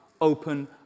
open